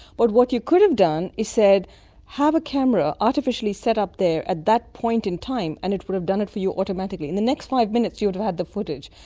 but what you could have done is have a camera artificially set up there at that point in time and it would have done it for you automatically. in the next five minutes you would have had the footage,